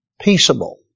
peaceable